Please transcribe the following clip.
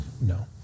No